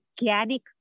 organic